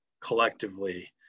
collectively